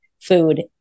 food